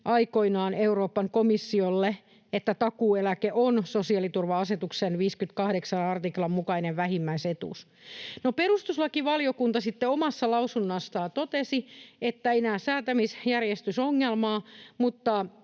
aikoinaan Euroopan komissiolle, että takuueläke on sosiaaliturva-asetuksen 58 artiklan mukainen vähimmäisetuus. Perustuslakivaliokunta sitten omassa lausunnossaan totesi, että ei näe säätämisjärjestysongelmaa, mutta